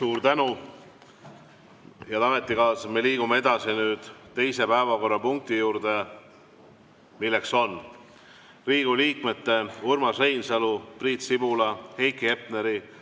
Suur tänu! Head ametikaaslased! Liigume edasi teise päevakorrapunkti juurde, milleks on Riigikogu liikmete Urmas Reinsalu, Priit Sibula, Heiki Hepneri,